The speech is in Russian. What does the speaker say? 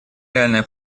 реальная